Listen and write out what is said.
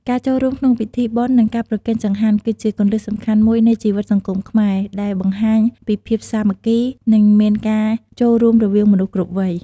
ការចូលរួមក្នុងពិធីបុណ្យ និងការប្រគេនចង្ហាន់ គឺជាគន្លឹះសំខាន់មួយនៃជីវិតសង្គមខ្មែរ ដែលបង្ហាញពីភាពសាមគ្គី និងមានការចូលរួមរវាងមនុស្សគ្រប់វ័យ។